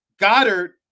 Goddard